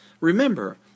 Remember